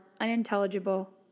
unintelligible